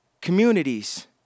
communities